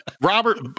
Robert